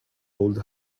old